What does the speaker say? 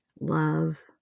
love